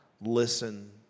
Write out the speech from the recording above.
Listen